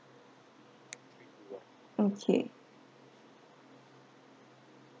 okay